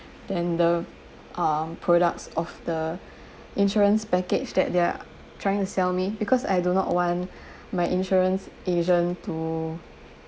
then the um products of the insurance package that they are trying to sell me because I do not want my insurance agent to